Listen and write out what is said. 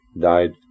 died